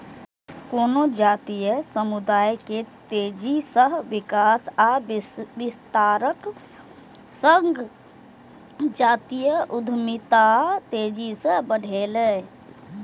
कोनो जातीय समुदाय के तेजी सं विकास आ विस्तारक संग जातीय उद्यमिता तेजी सं बढ़लैए